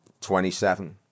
27